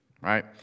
right